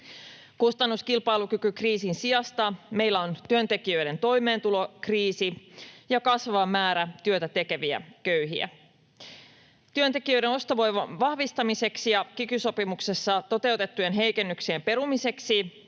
Kustannuskilpailukykykriisin sijasta meillä on työntekijöiden toimeentulokriisi ja kasvava määrä työtä tekeviä köyhiä. Työntekijöiden ostovoiman vahvistamiseksi ja kiky-sopimuksessa toteutettujen heikennyksien perumiseksi